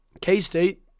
K-State